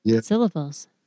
syllables